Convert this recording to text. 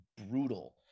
brutal